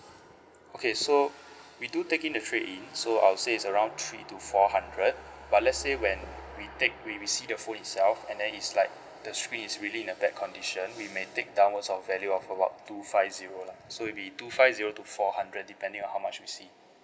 okay so we do take in the trade-in so I would say it's around three to four hundred but let's say when we take we see the phone itself and then it's like the screen is really in a bad condition we may take downwards values of two five zero lah so it would be two five zero to four hundred depending on how much we see